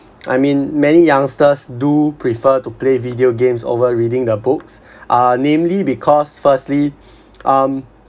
I mean many youngsters do prefer to play video games over reading the books uh namely because firstly um